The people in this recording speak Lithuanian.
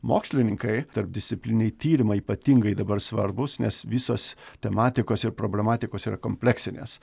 mokslininkai tarpdisciplininiai tyrimai ypatingai dabar svarbūs nes visos tematikos ir problematikos yra kompleksinės